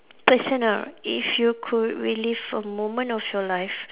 personal if you could relive a moment of your life